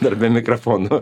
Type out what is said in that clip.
dar be mikrofonų